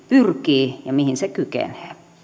pyrkii ja mihin se kykenee